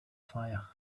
fire